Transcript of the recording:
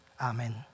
Amen